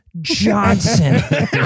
Johnson